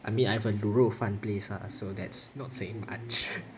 I mean I have a 卤肉饭 place lah so that's not saying much